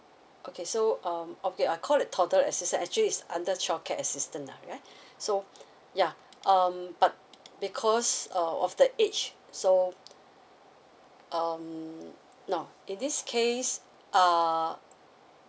okay so um okay I call it toddler assistance actually it's under childcare assistance lah alright so ya um but because uh of the age so um now in this case err